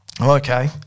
Okay